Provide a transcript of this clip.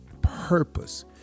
purpose